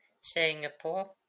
Singapore